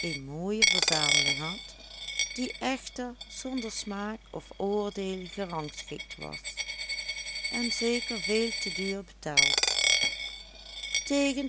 een mooie verzameling had die echter zonder smaak of oordeel gerangschikt was en zeker veel te duur betaald tegen